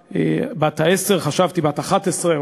הבת בת העשר חשבתי שהיא בת 11,